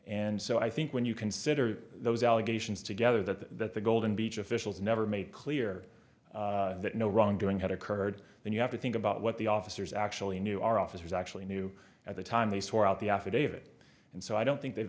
and so i think when you consider those allegations together that the golden beach officials never made clear that no wrongdoing had occurred then you have to think about what the officers actually knew our officers actually knew at the time they swore out the affidavit and so i don't think they've